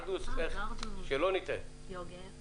תודה ליו"ר הוועדה ולוועדה.